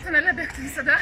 finale bėgti visada